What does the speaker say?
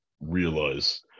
realize